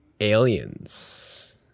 aliens